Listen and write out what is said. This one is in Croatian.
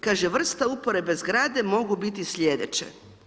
Kaže vrsta uporabe zgrade mogu biti sljedeće.